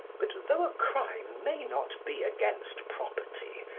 but though a crime may not be against property,